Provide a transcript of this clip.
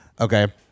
Okay